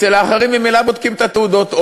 אצל האחרים ממילא בודקים את התעודות,